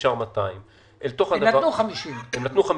נשאר 200. הם נתנו 50. הם נתנו 50,